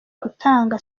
gutanga